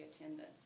attendance